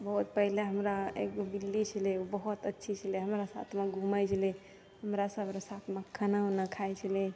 बहुत पहिने हमरा एकगो बिल्ली छलै बहुत अच्छी छलै हमरा साथमे घुमै छलै हमरासभके साथमे खाना वाना खाइ छलै